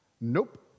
Nope